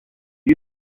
you